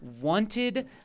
wanted